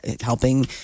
helping